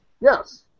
Yes